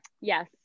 Yes